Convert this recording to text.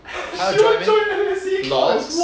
他要 join meh logs